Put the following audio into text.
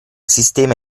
sistema